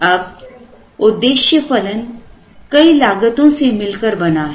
अब उद्देश्य फलन कई लागतों से मिलकर बना है